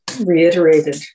reiterated